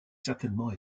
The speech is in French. certainement